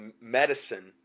medicine